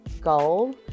goal